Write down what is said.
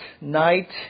night